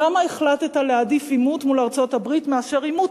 למה החלטת להעדיף עימות מול ארצות-הברית על פני עימות,